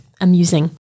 amusing